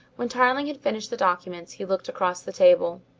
when tarling had finished the documents, he looked across the table.